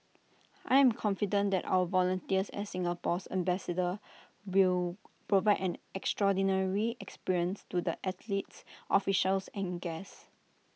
I am confident that our volunteers as Singapore's ambassadors will provide an extraordinary experience to the athletes officials and guests